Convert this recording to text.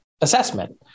assessment